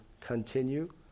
continue